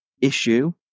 issue